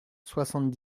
soixante